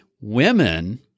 Women